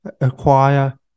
acquire